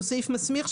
הוא סעיף מסמיך,